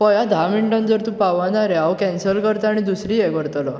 पळय आं धां मिनटान जर तूं पावना रे हांव कॅन्सल करतां आनी दुसरी ये करतलो